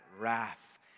wrath